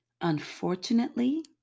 Unfortunately